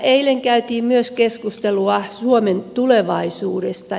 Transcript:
eilen käytiin myös keskustelua suomen tulevaisuudesta